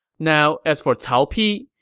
now, as for cao pi,